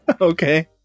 Okay